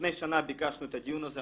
לפני שנה ביקשנו את הדיון הזה.